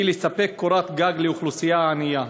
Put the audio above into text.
היא לספק קורת גג לאוכלוסייה ענייה,